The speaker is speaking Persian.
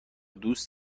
دوست